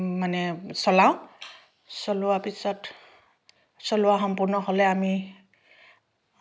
মানে চলাওঁ চলোৱা পিছত চলোৱা সম্পূৰ্ণ হ'লে আমি